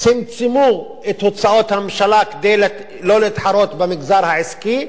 צמצמו את הוצאות הממשלה כדי לא להתחרות במגזר העסקי,